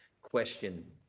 Question